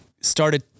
started